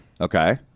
Okay